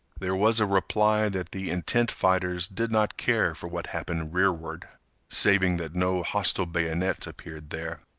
there was a reply that the intent fighters did not care for what happened rearward saving that no hostile bayonets appeared there.